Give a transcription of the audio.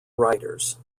writers